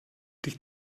dich